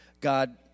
God